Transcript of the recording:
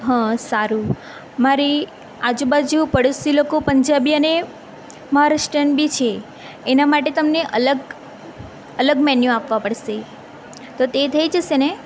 હ સારું મારી આજુબાજુ પડોસી લોકો પંજાબી અને મહારાષ્ટ્રિયન બી છે એના માટે તમને અલગ અલગ મેન્યુ આપવા પડશે તો તે થઈ જશે ને